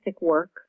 work